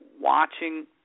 watching